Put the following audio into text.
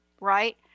right